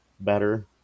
better